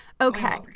Okay